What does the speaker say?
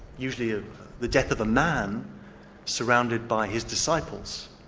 usually ah the death of a man surrounded by his disciples,